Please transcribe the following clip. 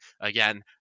again